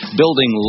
building